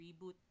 reboot